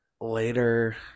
later